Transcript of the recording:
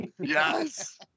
Yes